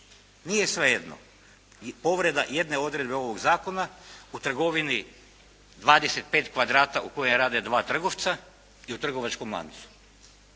Nije svejedno i povreda jedne odredbe ovog Zakona o trgovini 25 kvadrata u kojem rade 2 trgovca i u trgovačkom lancu.